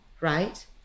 right